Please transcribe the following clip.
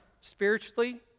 spiritually